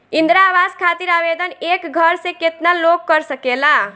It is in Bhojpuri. इंद्रा आवास खातिर आवेदन एक घर से केतना लोग कर सकेला?